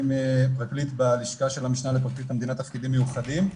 אני פרקליט בלשכה של המשנה לפרקליט המדינה תפקידים מיוחדים.